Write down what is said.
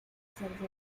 sacerdote